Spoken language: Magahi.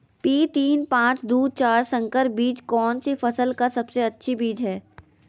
पी तीन पांच दू चार संकर बीज कौन सी फसल का सबसे अच्छी बीज है?